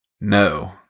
no